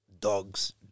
dogs